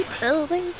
Building